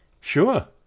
Sure